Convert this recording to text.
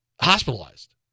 hospitalized